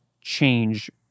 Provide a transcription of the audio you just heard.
change